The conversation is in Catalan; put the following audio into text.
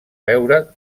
veure